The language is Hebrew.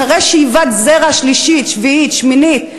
אחרי שאיבת זרע שלישית, שביעית, שמינית: